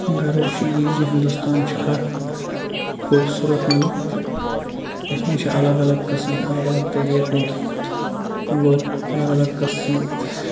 غرض چھُ یہِ زِ ہِندوستان چھُ اَکھ خوٗبصوٗرت ملک یَتھ منٛز چھِ الگ الگ قٕسٕم الگ الگ طریٖقٕکۍ لُکھ الگ الگ قٕسٕم